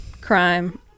Crime